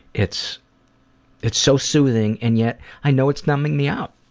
it's it's so soothing and yet i know it's numbing me out.